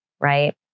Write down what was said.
right